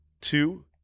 two